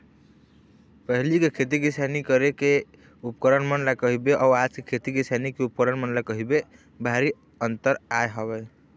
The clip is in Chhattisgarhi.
पहिली के खेती किसानी करे के उपकरन मन ल कहिबे अउ आज के खेती किसानी के उपकरन मन ल कहिबे भारी अंतर आय हवय